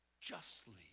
justly